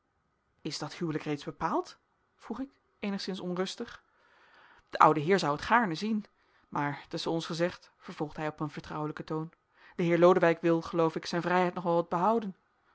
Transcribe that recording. is dat huwelijk reeds bepaald vroeg ik eenigszins onrustig de oude heer zou het gaarne zien maar tusschen ons gezegd vervolgde hij op een vertrouwelijken toon de heer lodewijk wil geloof ik zijn vrijheid nog wel wat behouden